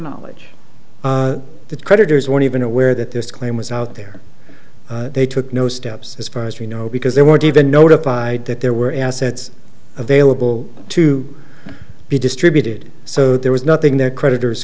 knowledge that creditors weren't even aware that this claim was out there they took no steps as far as we know because they weren't even notified that there were assets available to be distributed so there was nothing their creditors